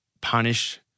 punish